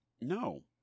No